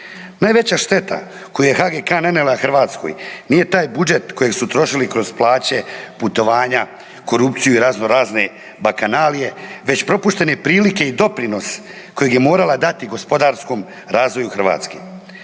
Najveća šteta koju je HGK-a nanijela Hrvatskoj nije taj budžet kojeg su trošili kroz plaće, putovanja, korupciju i raznorazne bakanalije već propuštene prilike i doprinos kojeg je morala dati gospodarskom razvoju Hrvatske.